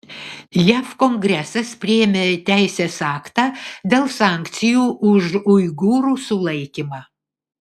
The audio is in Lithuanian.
jav kongresas priėmė teisės aktą dėl sankcijų už uigūrų sulaikymą